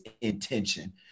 intention